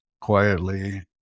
quietly